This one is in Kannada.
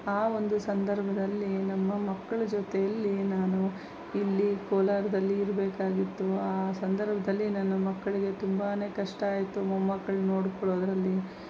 ಆ ಒಂದು ಸಂದರ್ಭದಲ್ಲಿ ನಮ್ಮ ಮಕ್ಕಳ ಜೊತೆಯಲ್ಲಿ ನಾನು ಇಲ್ಲಿ ಕೋಲಾರದಲ್ಲಿ ಇರಬೇಕಾಗಿತ್ತು ಆ ಸಂದರ್ಭದಲ್ಲಿ ನನ್ನ ಮಕ್ಕಳಿಗೆ ತುಂಬನೇ ಕಷ್ಟ ಆಯಿತು ಮೊಮ್ಮಕ್ಕಳು ನೋಡಿಕೊಳ್ಳೋದ್ರಲ್ಲಿ